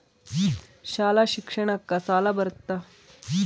ಶಾಲಾ ಶಿಕ್ಷಣಕ್ಕ ಸಾಲ ಬರುತ್ತಾ?